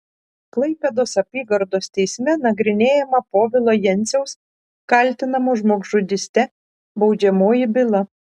klaipėdos apygardos teisme nagrinėjama povilo jenciaus kaltinamo žmogžudyste baudžiamoji byla